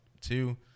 Two